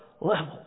level